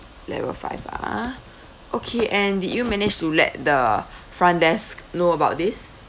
level five ah okay and did you manage to let the front desk know about this